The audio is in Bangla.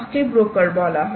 তাকে ব্রোকার বলা হয়